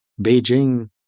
Beijing